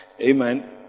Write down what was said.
Amen